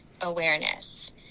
awareness